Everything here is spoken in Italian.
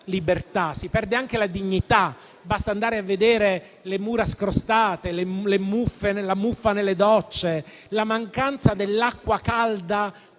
libertà, ma anche la dignità. Basta andare a vedere le mura scrostate, la muffa nelle docce, la mancanza dell'acqua calda